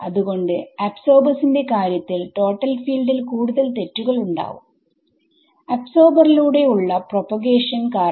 അത്കൊണ്ട് അബ്സോർബെർസ് ന്റെ കാര്യത്തിൽ ടോട്ടൽ ഫീൽഡിൽ കൂടുതൽ തെറ്റുകൾ ഉണ്ടാവും അബ്സോർബർ ലൂടെ ഉള്ള പ്രൊപോഗേഷൻ കാരണം